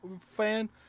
fan